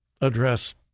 address